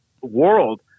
world